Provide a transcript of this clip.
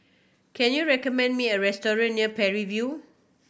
can you recommend me a restaurant near Parry View